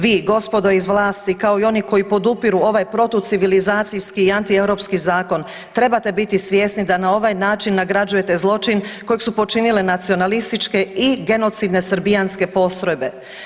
Vi gospodo iz vlasti kao i oni koji podupiru ovaj protucivilizacijski i antieuropski zakon trebate biti svjesni da na ovaj način nagrađujete zločin kojeg su počinile nacionalističke i genocidne srbijanske postrojbe.